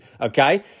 Okay